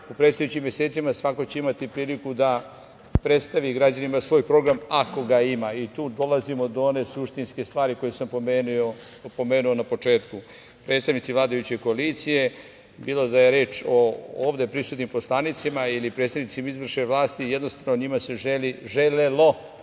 u predstojećim mesecima svako će imati priliku da predstave građanima svoj program ako ga ima i tu dolazimo do one suštinske stvari koju sam pomenuo na početku. Predstavnici vladajuće koalicije, bilo da je reč o ovde prisutnim poslanicima ili predstavnicima izvršne vlasti, jednostavno, njima se želelo